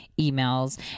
emails